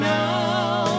now